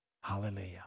Hallelujah